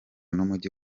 n’umujyi